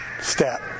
step